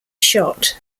shot